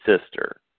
sister